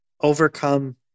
overcome